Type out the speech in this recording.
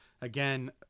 Again